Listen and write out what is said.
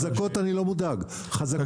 חזקות אני לא מודאג, חלשות מקבלות מענק.